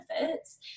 benefits